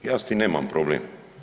Ja s tim nemam problem.